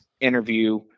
interview